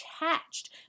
attached